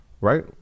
right